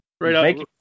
right